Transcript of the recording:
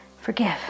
Forgive